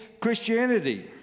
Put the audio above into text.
Christianity